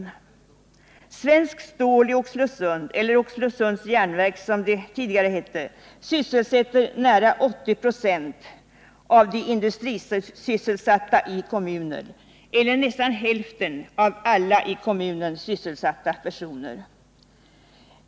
Svenskt Stål i Oxelösund, eller Oxelösunds Järnverk som det tidigare hette, sysselsätter nära 80 96 av de industrisysselsatta i kommunen eller nästan hälften av alla i kommunen sysselsatta personer.